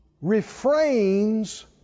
Refrains